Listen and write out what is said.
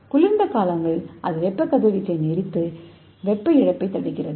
குளிர்ந்த காலங்களில் இது வெப்ப கதிர்வீச்சை நிறுத்தி வெப்ப இழப்பைத் தடுக்கிறது